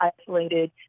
isolated